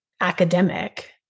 academic